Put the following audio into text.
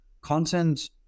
content